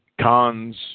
cons